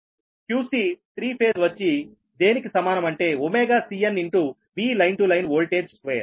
ఇప్పుడు qc3 phase వచ్చి దేనికి సమానం అంటే cn Vline to lineవోల్టేజ్ స్క్వేర్